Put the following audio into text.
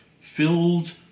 Filled